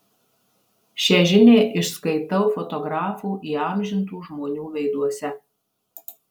šią žinią išskaitau fotografų įamžintų žmonių veiduose